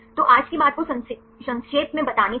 तो आज की बात को संक्षेप में बताने के लिए